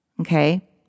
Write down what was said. Okay